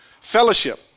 Fellowship